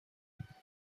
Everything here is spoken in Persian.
هیپسترها